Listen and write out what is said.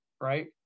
right